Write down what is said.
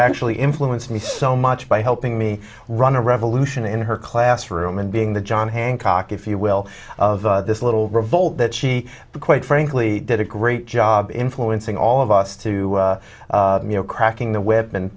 actually influenced me so much by helping me run a revolution in her classroom and being the john hancock if you will of this little revolt that she quite frankly did a great job of influencing all of us to you know cracking the whip and